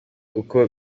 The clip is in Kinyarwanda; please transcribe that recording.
uko